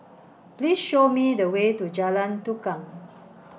please show me the way to Jalan Tukang